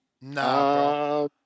Nah